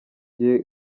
gihe